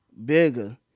bigger